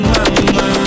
Mama